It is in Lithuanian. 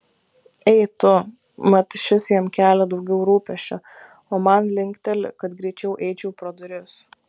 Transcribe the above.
ei tu mat šis jam kelia daugiau rūpesčio o man linkteli kad greičiau eičiau pro duris